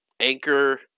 anchor